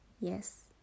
Yes